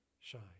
shine